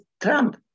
Trump